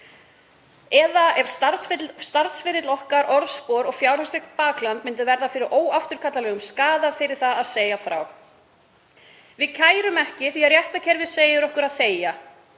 eða að starfsferill okkar, orðspor og fjárhagslegt bakland verði fyrir óafturkallanlegum skaða fyrir að segja frá. Við kærum ekki því að réttarkerfið segir okkur að þegja.